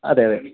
അതെ അതെ